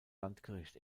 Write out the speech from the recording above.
landgericht